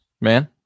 man